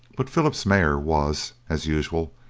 but philip's mare was, as usual,